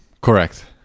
correct